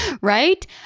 right